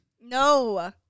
No